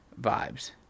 vibes